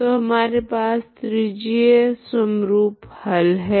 तो हमारे पास त्रिज्यी समरूप हल है